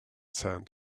sand